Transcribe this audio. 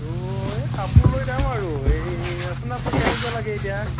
অঁ এই কাপোৰ লৈ দাম আৰু এই আপোনাক বা কেনেকুৱা লাগে এতিয়া